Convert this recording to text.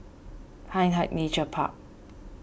Hindhede Nature Park